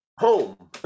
home